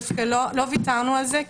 דווקא לא ויתרנו על זה,